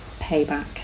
Payback